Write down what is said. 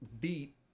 beat